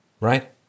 Right